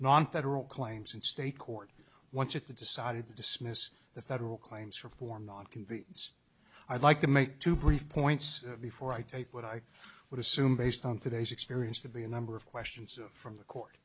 nonfederal claims in state court once at the decided to dismiss the federal claims for for not convenience i'd like to make two brief points before i take what i would assume based on today's experience to be a number of questions from the court